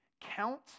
count